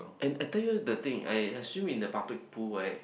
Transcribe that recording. and I tell you the thing I I swim in the public pool right